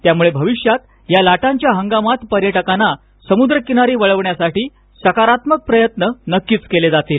त्यामुळे भविष्यात या लाटांच्या हंगामात पर्यटकांना समुद्रकिनारी वळवण्यासाठी सकारात्मक प्रयत्न नक्कीच केले जातील